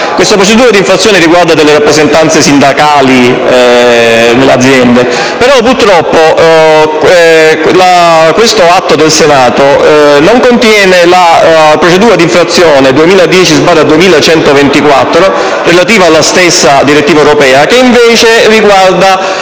Questa procedura d'infrazione riguarda le rappresentanze sindacali nelle aziende. Purtroppo, però, questo atto del Senato non contiene la procedura d'infrazione 2010/2124 relativa alla stessa direttiva europea, che invece riguarda